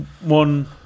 one